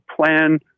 plan